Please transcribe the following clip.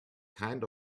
kind